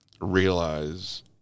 realize